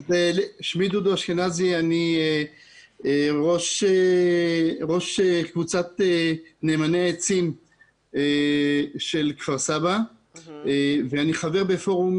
אני ראש קבוצת נאמני עצים של כפר סבא ואני חבר בפורום